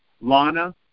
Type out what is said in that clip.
Lana